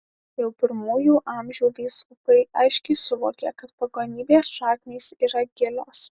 jau pirmųjų amžių vyskupai aiškiai suvokė kad pagonybės šaknys yra gilios